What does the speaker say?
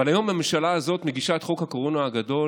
אבל היום הממשלה הזאת מגישה את חוק הקורונה הגדול,